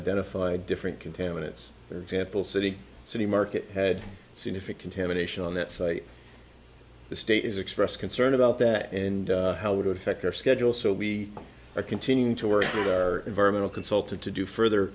identified different contaminants example city city market had seen if it contamination on that site the state has expressed concern about that and how it affects our schedule so we are continuing to work with our environmental consultant to do further